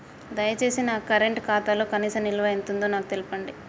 దయచేసి నా కరెంట్ ఖాతాలో కనీస నిల్వ ఎంతుందో నాకు తెలియచెప్పండి